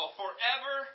forever